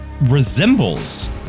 resembles